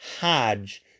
Hodge